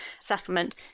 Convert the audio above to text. settlement